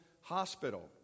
Hospital